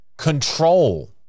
Control